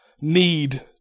need